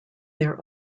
their